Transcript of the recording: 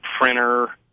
printer